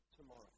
tomorrow